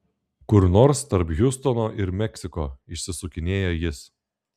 kur nors tarp hjustono ir meksiko išsisukinėja jis